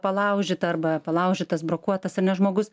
palaužyta arba palaužytas tas brokuotas ar ne žmogus